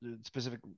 specific